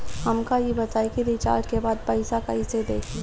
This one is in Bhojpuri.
हमका ई बताई कि रिचार्ज के बाद पइसा कईसे देखी?